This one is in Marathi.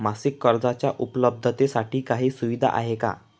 मासिक कर्जाच्या उपलब्धतेसाठी काही सुविधा आहे का?